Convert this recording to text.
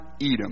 Edom